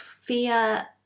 fear